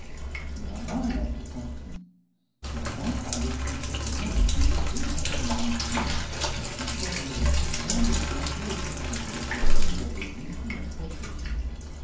les rabbins l'assurent ainsi ces riibbifïs parlent aussi certainement de toutes les choses dont ils notis instiuïsênt que s'ils avaient vécu dans le temps où elles sont arrivées et s ils les avaient vues de leurs propres yeux